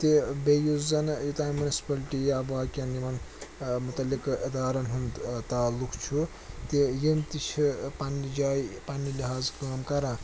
تہِ بیٚیہِ یُس زَن یوٚتانۍ مُنسپُلٹی یا باقیَن یِمَن متعلق اِدارَن ہُنٛد تعلُق چھُ تہِ یِم تہِ چھِ پَننہِ جایہِ پننہِ لٮ۪حاظہٕ کٲم کَران